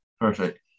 Perfect